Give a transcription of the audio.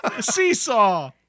Seesaw